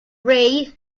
ray